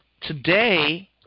today